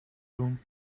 room